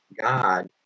God